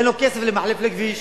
אין לו כסף למחלף לכביש.